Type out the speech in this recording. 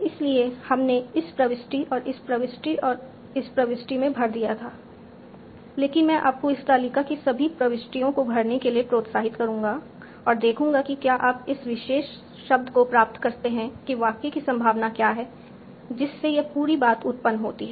इसलिए हमने इस प्रविष्टि और इस प्रविष्टि और इस प्रविष्टि में भर दिया था लेकिन मैं आपको इस तालिका की सभी प्रविष्टियों को भरने के लिए प्रोत्साहित करूंगा और देखूंगा कि क्या आप इस विशेष शब्द को प्राप्त कर सकते हैं कि वाक्य की संभावना क्या है जिससे यह पूरी बात उत्पन्न होती है